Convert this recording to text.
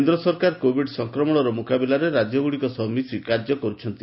କେନ୍ଦ୍ର ସରକାର କୋବିଡ୍ ସଂକ୍ରମଣର ମୁକାବିଲାରେ ରାଜ୍ୟଗୁଡ଼ିକ ସହ ମିଶି କାର୍ଯ୍ୟ କରୁଛନ୍ତି